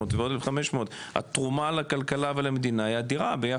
ועוד 1,500 התרומה לכלכלה ולמדינה היא אדירה.